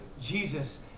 Jesus